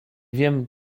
wiem